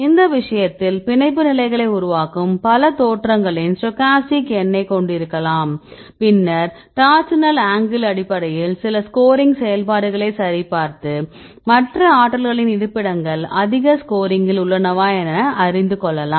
இந்த விஷயத்தில் பிணைப்பு நிலைகளை உருவாக்கும் பல தோற்றங்களின் ஸ்டோக்காஸ்டிக் எண்ணைக் கொண்டிருக்கலாம் பின்னர் டார்சினல் ஆங்கிள் அடிப்படையில் சில ஸ்கோரிங் செயல்பாடுகளை சரிபார்த்து மற்ற ஆற்றல்களின் இருப்பிடங்கள் அதிக ஸ்கோரிங்கில் உள்ளனவா என அறிந்து கொள்ளலாம்